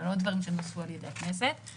לא דברים שנוספו על ידי הכנסת,